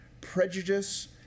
prejudice